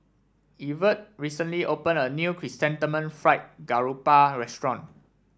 Evertt recently opened a new Chrysanthemum Fried Garoupa restaurant